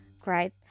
cried